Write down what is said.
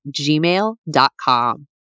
gmail.com